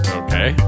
okay